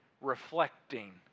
reflecting